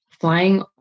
flying